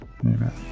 Amen